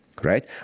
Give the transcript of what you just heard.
Right